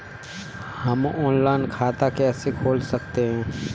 हम ऑनलाइन खाता कैसे खोल सकते हैं?